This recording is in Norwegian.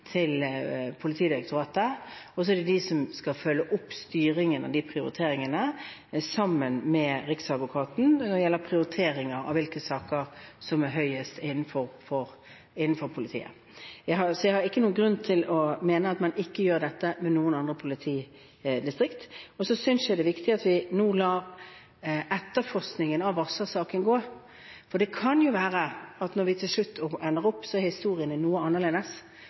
Politidirektoratet, og så er det de som skal følge opp styringen av de prioriteringene, sammen med Riksadvokaten – når det gjelder hvilke saker som er høyest prioritert i politiet. Så jeg har ikke noen grunn til å mene at man ikke gjør dette i andre politidistrikt. Så synes jeg det er viktig at vi nå lar etterforskningen av varslersaken gå sin gang, for det kan jo være at når den til slutt ender, er historien noe annerledes, og prioriteringene vil se litt annerledes